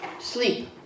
sleep